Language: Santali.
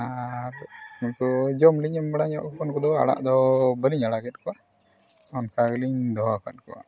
ᱟᱨ ᱱᱤᱛᱚᱜ ᱡᱚᱢ ᱞᱤᱧ ᱮᱢ ᱵᱟᱲᱟ ᱧᱚᱜ ᱠᱚᱣᱟ ᱱᱩᱠᱩ ᱫᱚ ᱟᱲᱟᱜ ᱫᱚ ᱵᱟᱹᱞᱤᱧ ᱟᱲᱟᱜᱮᱜ ᱠᱚᱣᱟ ᱚᱱᱠᱟ ᱜᱮᱞᱤᱧ ᱫᱚᱦᱚ ᱟᱠᱟᱫ ᱠᱚᱣᱟ